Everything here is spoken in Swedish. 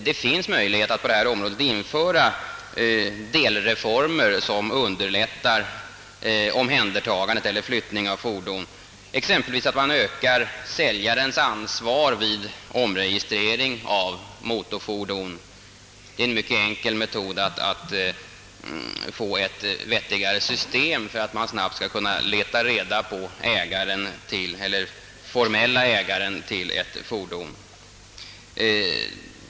Det finns möjlighet att på detta område införa delreformer, som underlättar omhändertagande eller flyttning av fordon. Man kan t.ex. öka säljarens ansvar vid omregistrering av motorfordon. Det är en mycket enkel metod att få ett vettigare system för att snabbt kunna leta reda på den formelle ägaren till ett fordon.